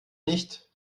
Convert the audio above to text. nicht